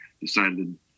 decided